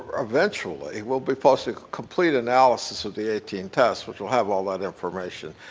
eventually we'll be posting complete analysis of the eighteen test, which will have all that information.